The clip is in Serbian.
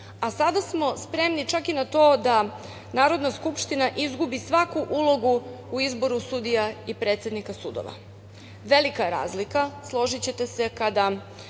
a sada smo spremni čak i na to da Narodna skupština izgubi svaku ulogu u izboru sudija i predsednika sudova. Velika je razlika, složićete se kada